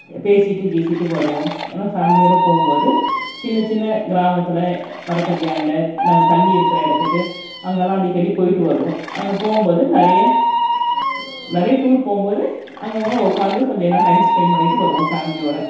பேசிட்டு கீசிட்டு வருவோம் எல்லாம் ஃபேம்லியோடு போகும்போது சின்ன சின்ன கிராமத்தில் மரத்தடியாண்ட ந தண்ணி இருக்கிற இடத்துக்கு அங்கே எல்லாம் அடிக்கடி போய்ட்டு வருவோம் அங்கே போகும்போது நிறைய நிறைய டூர் போகும்போது அங்கங்கே உக்கார்ந்து கொஞ்சம் எல்லாம் டைம் ஸ்பெண்ட் பண்ணிட்டு வருவோம் ஃபேம்லியோடு